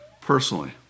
personally